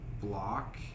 block